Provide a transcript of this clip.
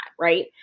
right